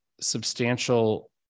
substantial